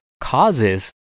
causes